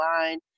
line